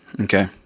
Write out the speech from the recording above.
Okay